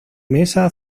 mesa